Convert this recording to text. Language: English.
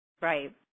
right